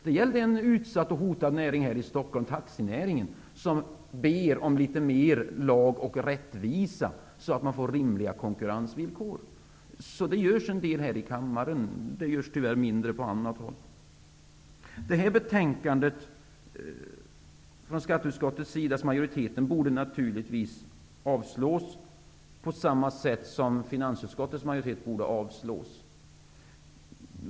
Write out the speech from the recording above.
Det gällde en utsatt och hotad näring här i Stockholm, nämligen taxinäringen, som bad om litet mer lag och rättvisa, för att få rimliga konkurrensvillkor. Det görs alltså en del här i kammaren, tyvärr görs det mindre på annat håll. Skatteutskottets betänkande borde naturligtvis avslås på samma sätt som finansutskottets betänkande borde avslås.